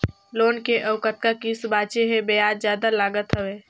Loan के अउ कतका किस्त बांचें हे? ब्याज जादा लागत हवय,